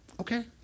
okay